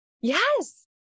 Yes